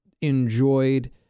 enjoyed